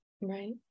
Right